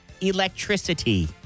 Electricity